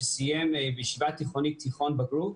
שסיים בישיבה תיכונית תיכון בגרות,